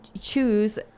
choose